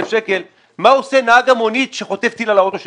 שקלים מה עושה נהג המונית שחוטף טיל על האוטו שלו?